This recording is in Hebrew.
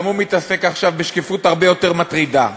הוא מתעסק עכשיו בשקיפות הרבה יותר מטרידה,